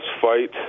fight